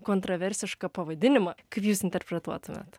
kontroversišką pavadinimą kaip jūs interpretuotumėt